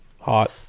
hot